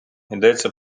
йдеться